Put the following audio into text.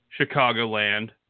Chicagoland